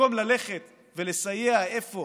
במקום ללכת ולסייע איפה